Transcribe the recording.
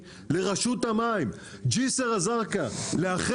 לרשות המים כדי לאחד את ג'סר א-זרקא,